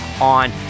on